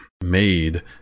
made